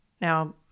Now